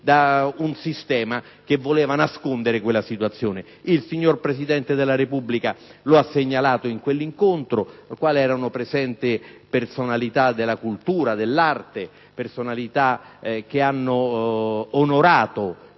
da un sistema che voleva nascondere quella situazione. Il signor Presidente della Repubblica lo ha segnalato in un incontro nel quale erano presenti personalità della cultura e dell'arte, che hanno onorato